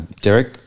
Derek